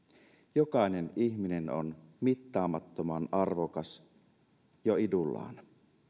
jokainen ihminen on mittaamattoman arvokas jo idullaan